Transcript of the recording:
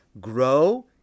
grow